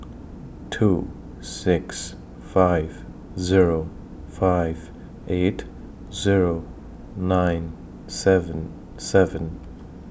two six five Zero five eight Zero nine seven seven